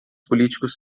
políticos